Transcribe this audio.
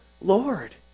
Lord